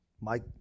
Mike